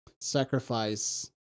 sacrifice